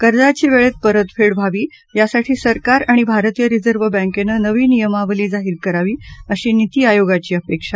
कर्जांची वेळेत परतफेड व्हावी यासाठी सरकार आणि भारतीय रिजर्व बँकेनं नवी नियमावली जाहीर करावी अशी नीती आयोगाची अपेक्षा